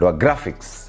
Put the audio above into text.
graphics